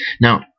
Now